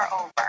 over